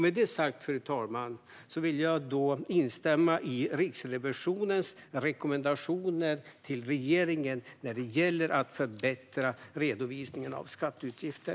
Med det sagt, fru talman, vill jag instämma i Riksrevisionens rekommendationer till regeringen när det gäller att förbättra redovisningen av skatteutgifter.